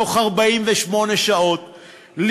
תוך 48 שעות,